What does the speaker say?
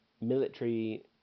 military